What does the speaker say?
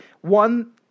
one